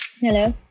Hello